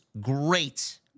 great